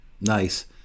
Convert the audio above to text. Nice